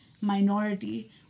minority